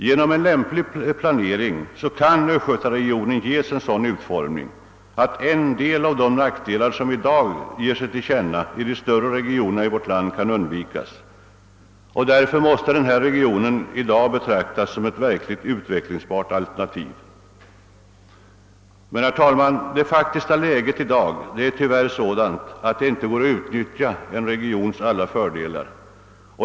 Genom lämplig planering kan åt Ööstgötaregionen ges en sådan utformning att en del av de nackdelar som i dag ger sig till känna i de större regionerna i vårt land kan undvikas. Därför måste denna region i dag betraktas som ett verkligt utvecklingsbart alternativ. Men, herr talman, det faktiska läget i dag är tyvärr sådant att det ej går att utnyttja regionens alla fördelar.